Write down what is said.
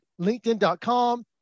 LinkedIn.com